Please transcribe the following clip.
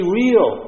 real